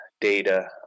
data